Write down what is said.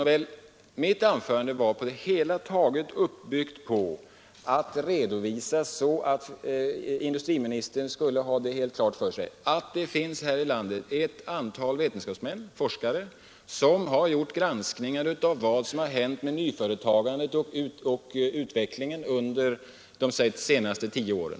Men mitt anförande var på det hela taget uppbyggt så, att industriministern skulle ha klart för sig att det här i landet finns ett antal vetenskapsmän och forskare som har granskat vad som hänt med nyföretagandet och utvecklingen under de senaste tio åren.